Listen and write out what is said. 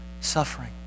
suffering